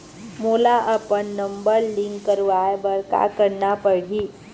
मोला अपन number link करवाये बर का करना पड़ही?